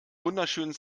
wunderschönen